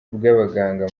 bw’abaganga